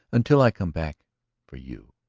until i come back for you.